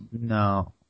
No